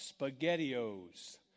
SpaghettiOs